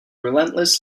relentless